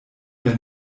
der